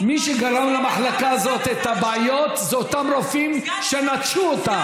מי שגרם למחלקה הזאת את הבעיות זה אותם רופאים שנטשו אותה,